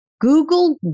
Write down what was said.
Google